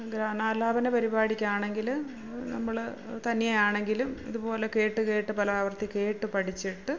ഗാനാലാപന പരിപാടിക്കാണെങ്കിൽ നമ്മൾ തനിയെയാണെങ്കിലും ഇതുപോലെ കേട്ടു കേട്ട് പല ആവർത്തി കേട്ട് പഠിച്ചിട്ട്